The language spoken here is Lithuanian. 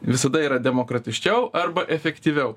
visada yra demokratiškiau arba efektyviau